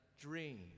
dream